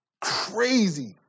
crazy